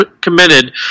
committed